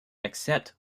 except